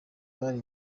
bari